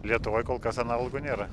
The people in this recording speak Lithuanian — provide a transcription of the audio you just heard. lietuvoj kol kas analogų nėra